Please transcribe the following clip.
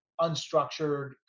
unstructured